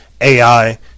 AI